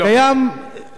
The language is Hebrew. אני מציע פתרון,